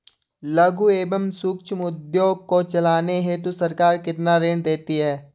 लघु एवं सूक्ष्म उद्योग को चलाने हेतु सरकार कितना ऋण देती है?